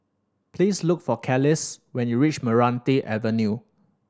please look for Carlisle when you reach Meranti Avenue